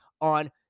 on